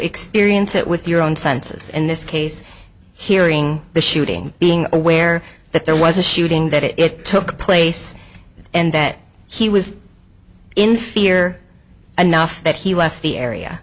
experience it with your own senses in this case hearing the shooting being aware that there was a shooting that it took place and that he was in fear enough that he left the area